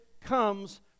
comes